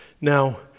Now